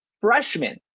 freshman